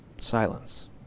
silence